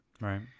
Right